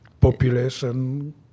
population